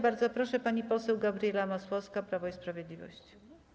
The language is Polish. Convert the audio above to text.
Bardzo proszę, pani poseł Gabriela Masłowska, Prawo i Sprawiedliwość.